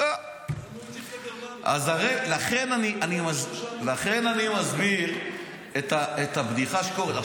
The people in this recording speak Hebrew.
--- לכן אני מסביר את הבדיחה שקורית.